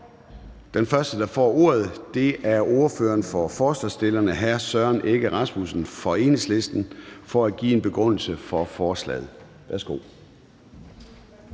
Den første, der får ordet, er ordføreren for forslagsstillerne, hr. Søren Egge Rasmussen fra Enhedslisten, for at give en begrundelse for forslaget.